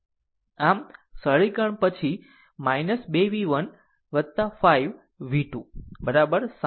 આમ પછી સરળીકરણ મળ્યું 2 v 1 5 v 2 બરાબર 60